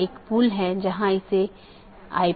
तो यह एक तरह की नीति प्रकारों में से हो सकता है